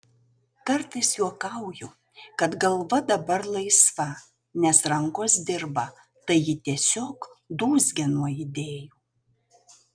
kartais juokauju kad galva dabar laisva nes rankos dirba tai ji tiesiog dūzgia nuo idėjų